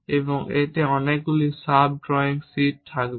এবং এতে অনেকগুলি সাব ড্রয়িং শীট থাকবে